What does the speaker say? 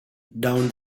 down